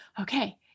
okay